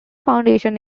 foundation